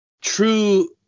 true